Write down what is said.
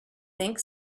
think